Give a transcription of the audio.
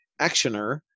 Actioner